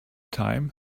time